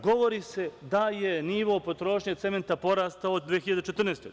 Govori se da je nivo potrošnje cementa porastao od 2014. godine.